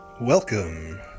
Welcome